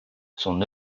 son